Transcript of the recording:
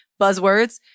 buzzwords